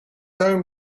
owned